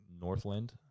Northland